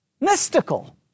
Mystical